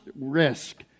risk